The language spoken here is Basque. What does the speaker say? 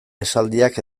esaldiak